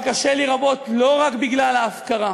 הדבר קשה לי מאוד לא רק בגלל ההפקרה,